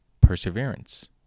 Perseverance